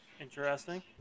Interesting